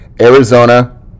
Arizona